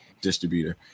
distributor